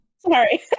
Sorry